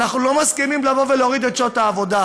אנחנו לא מסכימים לבוא ולהוריד את מספר שעות העבודה.